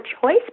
choice